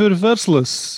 ir verslas